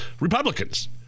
Republicans